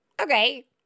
Okay